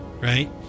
right